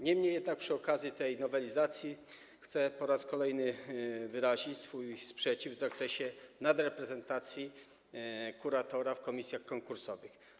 Niemniej jednak przy okazji tej nowelizacji chcę po raz kolejny wyrazić swój sprzeciw w sprawie nadreprezentacji przedstawicieli kuratora w komisjach konkursowych.